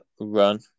run